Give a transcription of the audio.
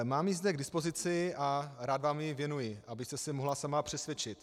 Mám ji zde k dispozici a rád vám ji věnuji, abyste se mohla sama přesvědčit.